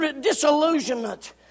disillusionment